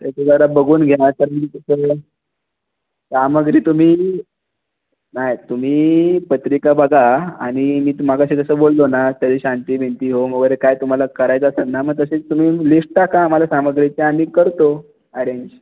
तर ती जरा बघून घ्या नाही तर मी सामग्री तुम्ही नाही तुम्ही पत्रिका बघा आणि मी मघाशी जसा बोललो ना त्याची शांती बिंती होम वगैरे काय तुम्हाला करायचा असेल ना मग तशी तुम्ही लिश्ट टाका आम्हाला सामग्रीची आम्ही करतो ॲरेंज